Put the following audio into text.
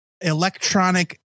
electronic